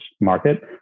market